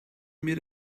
meet